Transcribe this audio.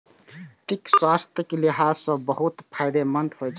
तिल स्वास्थ्यक लिहाज सं बहुत फायदेमंद होइ छै